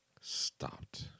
stopped